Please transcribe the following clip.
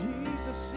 Jesus